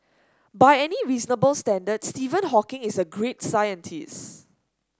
by any reasonable standard Stephen Hawking is a great scientist